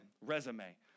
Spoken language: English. resume